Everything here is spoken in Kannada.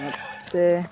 ಮತ್ತೆ